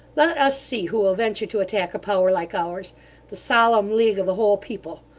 let us see who will venture to attack a power like ours the solemn league of a whole people.